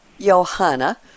Johanna